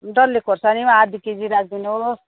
डल्ले खोर्सानी पनि आधी केजी राखिदिनुहोस्